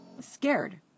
scared